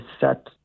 set